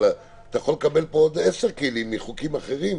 אבל אתה יכול לקבל עוד 10 כלים מחוקים אחרים,